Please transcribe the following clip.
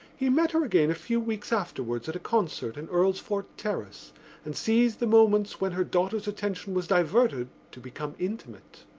he met her again a few weeks afterwards at a concert in earlsfort terrace and seized the moments when her daughter's attention was diverted to become intimate.